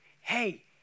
hey